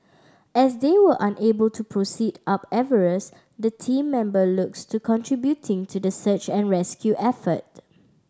as they were unable to proceed up Everest the team member looks to contributing to the search and rescue effort